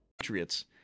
Patriots